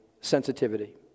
Sensitivity